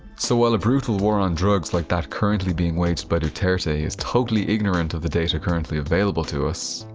so while a brutal war on drugs, like that currently being waged by duterte, is totally ignorant of the data currently available to us,